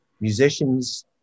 musicians